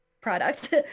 product